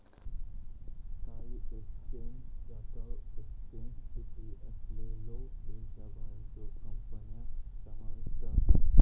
काही एक्सचेंजात एक्सचेंज स्थित असलेल्यो देशाबाहेरच्यो कंपन्या समाविष्ट आसत